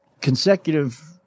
consecutive